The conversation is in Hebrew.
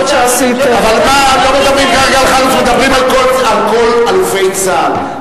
מדברים על כל אלופי צה"ל.